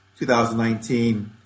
2019